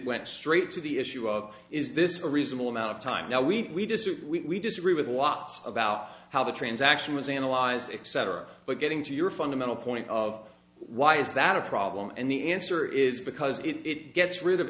went straight to the issue of is this a reasonable amount of time now we just we disagree with a lot about how the transaction was analyzed except are but getting to your fundamental point of why is that a problem and the answer is because it gets rid of